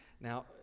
Now